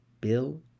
Bill